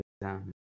exam